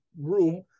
room